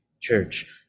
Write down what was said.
church